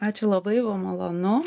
ačiū labai buvo malonu